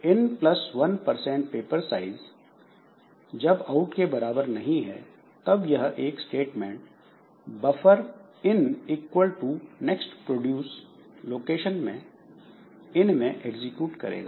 इन plus one percent paper size जब out के बराबर नहीं है तब यह एक statement buffer in equal to next produce location in में एग्जीक्यूट करेगा